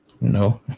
No